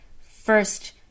first